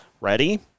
Ready